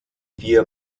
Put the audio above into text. wir